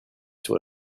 sur